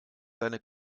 seine